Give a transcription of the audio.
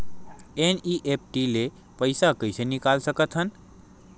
NEFT ले पईसा कइसे निकाल सकत हन?